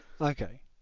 Okay